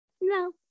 no